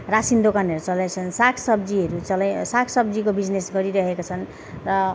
रासन दोकानहरू चलाइरहेका छन् सागसब्जीहरू चलाई सागसब्जीको बिजनेस गरिरहेका छन् र